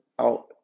out